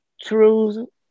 true